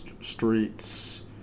streets